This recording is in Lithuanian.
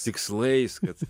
tikslais kad